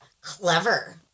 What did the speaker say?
Clever